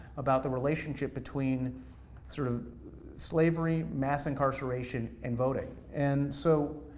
about the relationship between sort of slavery, mass incarceration, and voting. and so,